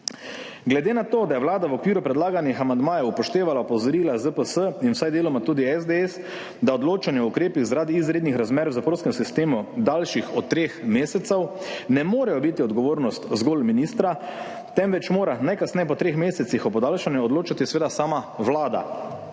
Glede na to, da je Vlada v okviru predlaganih amandmajev upoštevala opozorila ZPS in vsaj deloma tudi SDS, da odločanje o ukrepih zaradi izrednih razmer v zaporskem sistemu, daljših od treh mesecev, ne more biti odgovornost zgolj ministra, temveč mora najkasneje po treh mesecih o podaljšanju odločati sama Vlada,